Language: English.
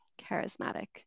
charismatic